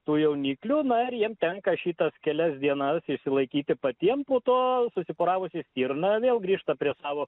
tų jauniklių na ir jiem tenka šitas kelias dienas išsilaikyti patiem po to susiporavusi stirna vėl grįžta prie savo